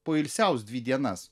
poilsiaus dvi dienas